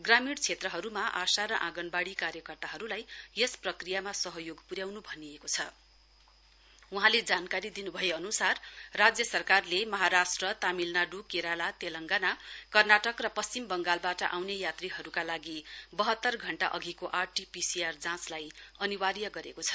ग्रामीण क्षेत्रहरूमा आशा र आँगनवाडी कार्यकर्ताहरूलाई यस प्रक्रियामा सहयोग प्र्याउन् भनिएको छ वहाँले जानकारी दिन् भए अनुसार राज्य सरकारले महाराष्ट्र तामिलनाइ केराला तेलंगाना कर्नाटक र पश्चिम बङ्गालबाट आउने यात्रीहरूका लागि बहतर घण्टा अघिको आरसीपीसीआर जाँचलाई अनिवार्य गरेको छ